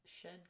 shed